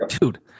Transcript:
dude